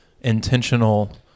intentional